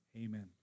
Amen